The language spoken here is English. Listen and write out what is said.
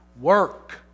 work